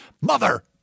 mother